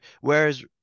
whereas